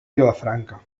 vilafranca